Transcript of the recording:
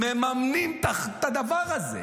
מממנים את הדבר הזה.